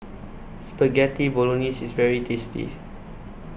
Spaghetti Bolognese IS very tasty